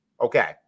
Okay